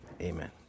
Amen